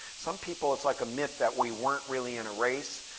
some people it's like a myth that we weren't really in a race.